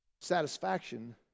satisfaction